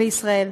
בישראל.